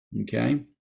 Okay